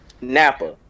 Napa